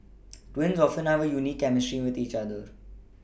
twins often have a unique chemistry with the each other